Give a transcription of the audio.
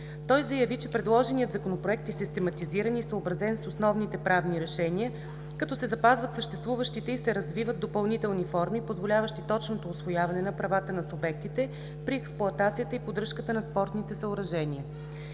Той заяви, че предложеният Законопроект е систематизиран и съобразен с основните правни решения, като се запазват съществуващите и се развиват допълнителни форми, позволяващи точното установяване на правата на субектите при експлоатацията и поддръжката на спортните съоръжения.